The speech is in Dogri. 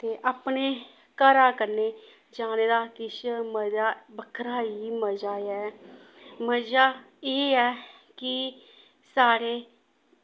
ते अपने घरा कन्नै जाने दा किश मजा बक्खरा ही मजा ऐ मजा एह् ऐ कि सारे